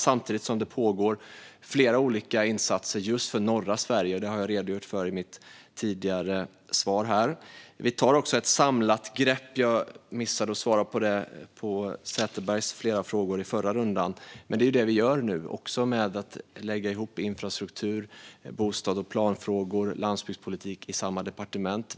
Samtidigt pågår flera olika insatser för norra Sverige, vilket jag redogjorde för i mitt interpellationssvar. Jag missade att svara på Anna-Caren Sätherbergs frågor i mitt förra inlägg, men vad vi nu gör är att ta ett samlat grepp. Vi lägger ihop infrastruktur med bostads och planfrågor och landsbygdspolitik i samma departement.